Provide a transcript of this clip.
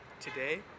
today